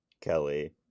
Kelly